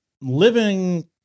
living